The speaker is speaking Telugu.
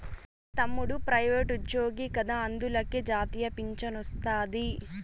మా తమ్ముడు ప్రైవేటుజ్జోగి కదా అందులకే జాతీయ పింఛనొస్తాది